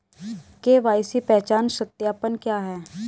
KYC पहचान सत्यापन क्या है?